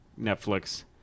Netflix